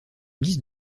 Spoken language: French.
guise